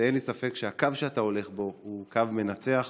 אין לי ספק שהקו שאתה הולך בו הוא קו מנצח.